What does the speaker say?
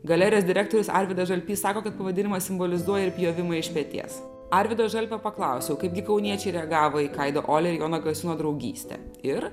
galerijos direktorius arvydas žalpys sako kad pavadinimas simbolizuoja ir pjovimą iš peties arvydo žalpio paklausiau kaipgi kauniečiai reagavo į kaido ole ir jono gasiūno draugystę ir